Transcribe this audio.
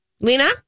Lena